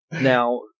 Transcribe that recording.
Now